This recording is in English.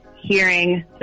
hearing